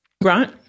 Right